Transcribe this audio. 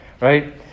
right